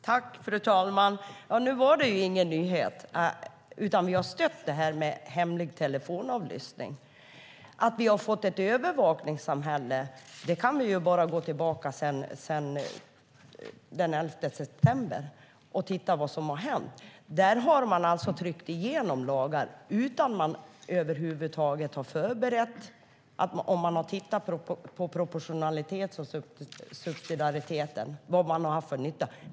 Fru talman! Ja, nu var det ju ingen nyhet, utan vi har stött det här med hemlig telefonavlyssning. Vi har fått ett övervakningssamhälle. Vi kan bara gå tillbaka och titta vad som har hänt sedan den 11 september. Man har tryckt igenom lagar utan att man över huvud taget har förberett eller tittat på proportionalitet, subsidiaritet och vad man har haft för nytta.